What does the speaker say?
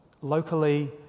locally